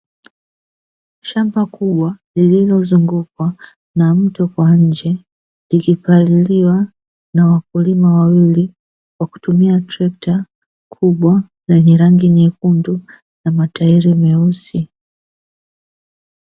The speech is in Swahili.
Shamba kubwa lililozungukwa na mto kwa nje, likipaliliwa na wakulima wawili kwa kutumia trekta kubwa lenye rangi nyekundu na matairi meusi.